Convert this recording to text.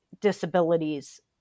disabilities